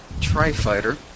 Tri-Fighter